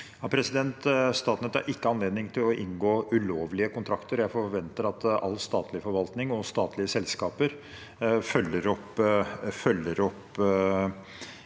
Statnett har ikke anledning til å inngå ulovlige kontrakter, og jeg forventer at all statlig forvaltning og alle statlige selskaper følger de